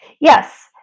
Yes